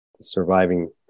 surviving